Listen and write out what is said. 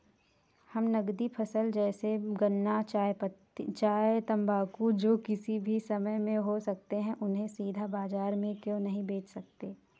हम नगदी फसल जैसे गन्ना चाय तंबाकू जो किसी भी समय में हो सकते हैं उन्हें सीधा बाजार में क्यो नहीं बेच सकते हैं?